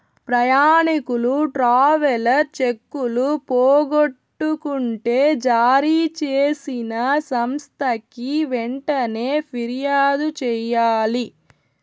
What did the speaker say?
ప్రయాణికులు ట్రావెలర్ చెక్కులు పోగొట్టుకుంటే జారీ చేసిన సంస్థకి వెంటనే ఫిర్యాదు చెయ్యాలి